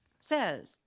says